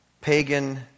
pagan